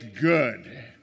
good